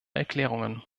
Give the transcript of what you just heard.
erklärungen